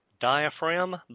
Diaphragm